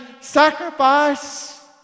sacrifice